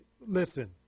listen